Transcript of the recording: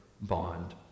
bond